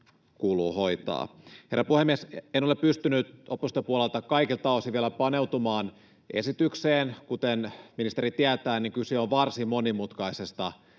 kuuluu hoitaa. Herra puhemies! En ole pystynyt oppositiopuolelta kaikilta osin vielä paneutumaan esitykseen — kuten ministeri tietää, niin kyse on varsin monimutkaisesta